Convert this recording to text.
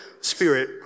Spirit